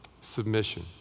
submission